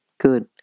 Good